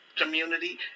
community